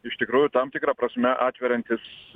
iš tikrųjų tam tikra prasme atveriantis